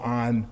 on